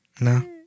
no